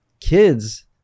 kids